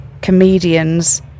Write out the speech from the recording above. comedians